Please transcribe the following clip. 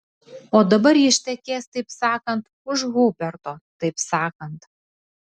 o dabar ji ištekės taip sakant už huberto taip sakant